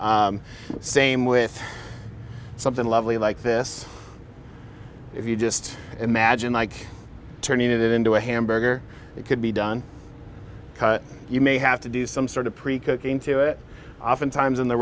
same with something lovely like this if you just imagine like turning it into a hamburger it could be done you may have to do some sort of pre cook into it oftentimes in the